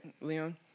Leon